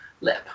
lip